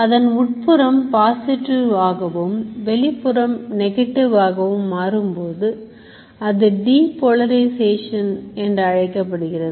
அதன் உட்புறம் பாஸிடிவ் ஆகவும் வெளிப்புறம் நெகட்டிவ் ஆக மாறும் போது அது depolarization என்றழைக்கப்படுகிறது